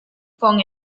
con